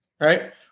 right